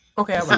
Okay